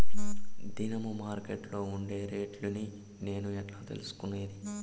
దినము మార్కెట్లో ఉండే రేట్లని నేను ఎట్లా తెలుసుకునేది?